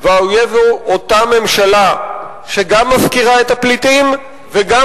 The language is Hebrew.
והאויב הוא אותה ממשלה שגם מפקירה את הפליטים וגם